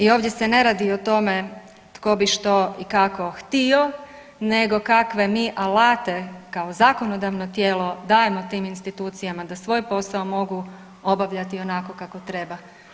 I ovdje se ne radi o tome tko bi što i kako htio nego kakve mi alate kao zakonodavno tijelo dajemo tim institucijama da svoj posao mogu obavljati onako kako treba.